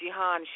Jihan